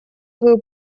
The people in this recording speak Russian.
свою